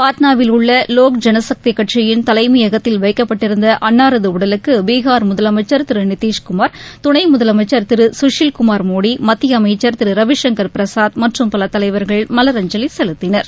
பாட்னாவில் உள்ள லோக்ஜனசக்தி கட்சியின் தலைமையகத்தில் வைக்கப்பட்டிருந்த அன்னாரது உடலுக்கு பீகார் முதலமைச்சர் திரு நிதிஷ்குமார் துணை முதலமைச்சர் திரு குஷில்குமார் மோடி மத்திய அமைச்சர் திரு ரவிசங்கர் பிரசாத் மற்றும் பல தலைவர்கள் மலரஞ்சலி செலுத்தினர்